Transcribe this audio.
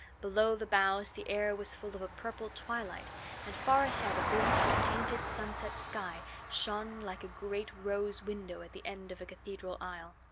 below the boughs the air was full of a purple twilight and far ahead a glimpse of painted sunset sky shone like a great rose window at the end of a cathedral aisle.